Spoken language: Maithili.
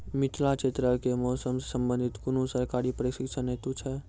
मिथिला क्षेत्रक कि मौसम से संबंधित कुनू सरकारी प्रशिक्षण हेतु छै?